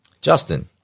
Justin